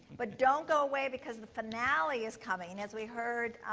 but don't go away because the finale is coming. and as we heard,